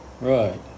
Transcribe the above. right